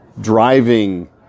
driving